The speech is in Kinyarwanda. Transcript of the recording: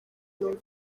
numva